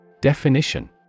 Definition